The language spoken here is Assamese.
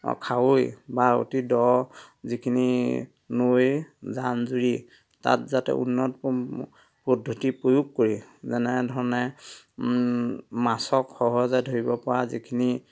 খাৱৈ বা অতি দ' যিখিনি নৈ জান জুৰি তাত যাতে উন্নত পদ্ধতি প্ৰয়োগ কৰি যেনেধৰণে মাছক সহজে ধৰিব পৰা যিখিনি